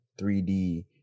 3d